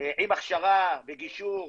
עם הכשרה בגישור,